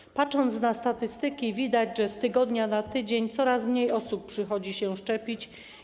Gdy patrzy się na statystyki, widać, że z tygodnia na tydzień coraz mniej osób przychodzi się szczepić.